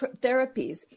therapies